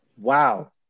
wow